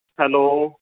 hello